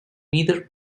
neither